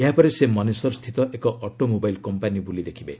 ଏହାପରେ ସେ ମନେସର ସ୍ଥିତ ଏକ ଅଟୋମୋବାଇଲ କମ୍ପାନୀ ବୁଲି ଦେଖିବେ